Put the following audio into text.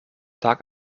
tag